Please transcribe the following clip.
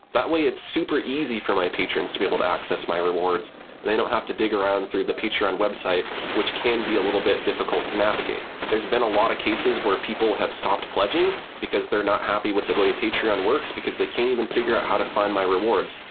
that way it's super easy for my patrons to be able to access my rewards, and they don't have to dig around through the patreon website, which can be a little bit difficult to navigate. there's been a lot of cases where people have stopped pledging because they're not happy with the way patreon works, because they can't even figure out how to find my rewards.